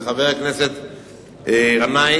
לחבר הכנסת גנאים,